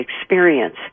experience